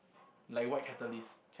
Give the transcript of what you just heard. like white catalyst